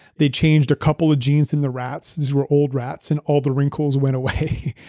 they changed a couple of genes in the rats. these were old rats and all the wrinkles went away.